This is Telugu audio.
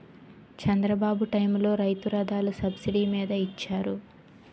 చంద్రబాబు టైములో రైతు రథాలు సబ్సిడీ మీద ఇచ్చారు